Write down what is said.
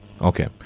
Okay